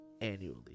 annually